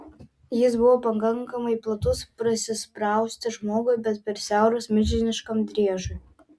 jis buvo pakankamai platus prasisprausti žmogui bet per siauras milžiniškam driežui